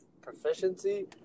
proficiency